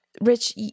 Rich